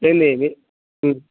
ఏమిటి మీ